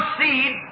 seed